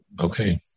okay